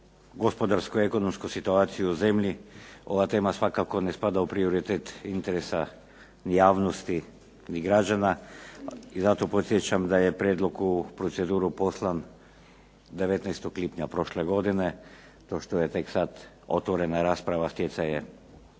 gospodarsko-ekonomsku situaciju u zemlji ova tema svakako ne spada u prioritet interesa javnosti ni građana i zato podsjećam da je prijedlog u proceduru poslan 19. lipnja prošle godine. To što je tek sad otvorena rasprava stjecaj